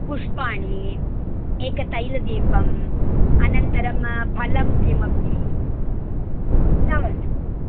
पुष्पाणि एकं तैलदीपम् अनन्तरं फलं किमपि तावदेव